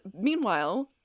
meanwhile